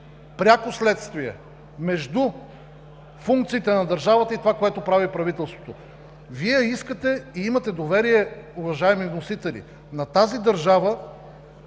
пряко следствие между функциите на държавата и това, което прави правителството. Вие искате и имате доверие, уважаеми вносители, на тази държава,